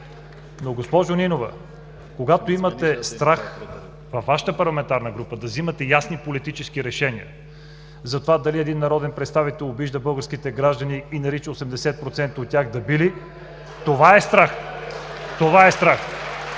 Но, госпожо Нинова, когато имате страх във Вашата парламентарна група да вземате ясни политически решения за това дали един народен представител обижда българските граждани и нарича 80% от тях „дебили“, това е страх! (Ръкопляскания